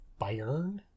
Bayern